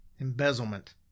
Embezzlement